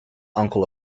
uncle